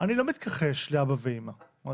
לא מתכחש לאבא ואימא.